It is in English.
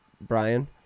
Brian